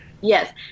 Yes